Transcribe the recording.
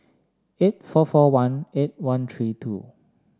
eight four four one eight one three two